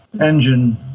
engine